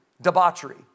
debauchery